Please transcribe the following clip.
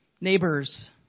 neighbors